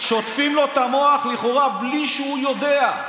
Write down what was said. שוטפים לו את המוח לכאורה, בלי שהוא יודע.